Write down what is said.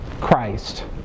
Christ